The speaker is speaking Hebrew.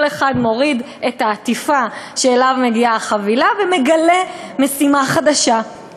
כל אחד מוריד את העטיפה כשהחבילה מגיעה אליו ומגלה משימה חדשה.